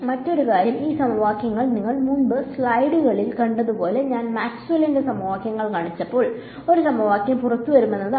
മറ്റൊരു കാര്യം ഈ സമവാക്യങ്ങൾ നിങ്ങൾ മുമ്പ് സ്ലൈഡുകളിൽ കണ്ടതുപോലെ ഞാൻ മാക്സ്വെല്ലിന്റെ സമവാക്യങ്ങൾ കാണിച്ചപ്പോൾ ഒരു സമവാക്യം പുറത്തുവരുമെന്നതാണ്